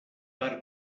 per